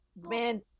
Man